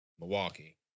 Milwaukee